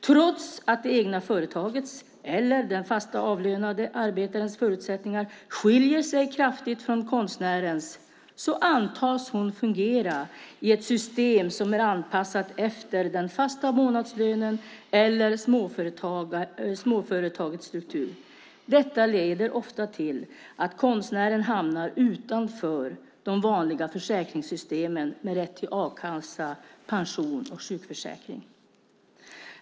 Trots att det egna företagets eller den fast avlönade arbetarens förutsättningar skiljer sig kraftigt från konstnärens antas hon fungera i ett system som är anpassat efter den fasta månadslönen eller småföretagets struktur. Detta leder ofta till att konstnären hamnar utanför de vanliga försäkringssystemen med rätt till a-kassa, pension och sjukförsäkring.